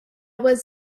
was